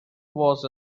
was